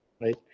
Right